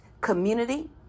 community